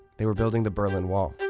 they were building the berlin wall.